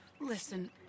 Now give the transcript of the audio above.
Listen